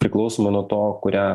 priklausomai nuo to kurią